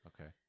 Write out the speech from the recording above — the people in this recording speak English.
Okay